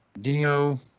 Dino